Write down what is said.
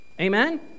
Amen